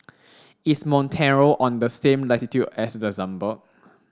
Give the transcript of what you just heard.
is Montenegro on the same latitude as Luxembourg